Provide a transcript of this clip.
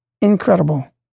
Incredible